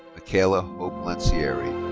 mikayla hope lancieri.